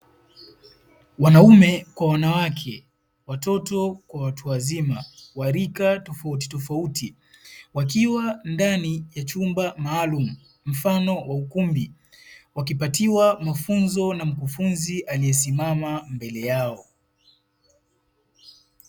Wanaume kwa wanawake, watoto kwa watu wazima, wa rika tofauti tofauti, wakiwa ndani ya chumba maalumu mfano wa ukumbi, wakipatiwa mafunzo na mkufunzi aliyesimama mbele yao.